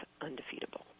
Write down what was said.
undefeatable